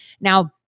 Now